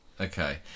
Okay